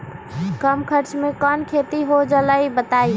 कम खर्च म कौन खेती हो जलई बताई?